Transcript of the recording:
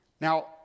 Now